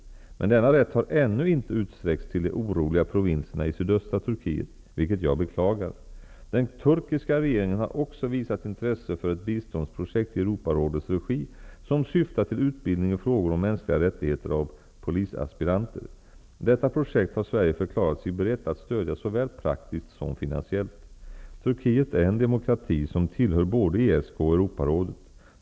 Men denna rätt har ännu inte utsträckts till de oroliga provinserna i sydöstra Turkiet, vilket jag beklagar. Den turkiska regeringen har också visat intresse för ett biståndsprojekt i Europarådets regi som syftar till utbildning i frågor om mänskliga rättigheter av polisaspiranter. Detta projekt har Sverige förklarat sig berett att stödja såväl praktiskt som finansiellt. Turkiet är en demokrati, som tillhör både ESK och Europarådet.